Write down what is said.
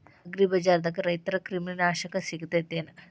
ಅಗ್ರಿಬಜಾರ್ದಾಗ ರೈತರ ಕ್ರಿಮಿ ನಾಶಕ ಸಿಗತೇತಿ ಏನ್?